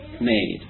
made